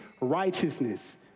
righteousness